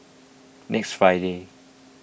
next Friday